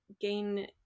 gain